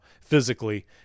physically